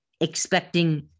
expecting